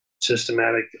systematic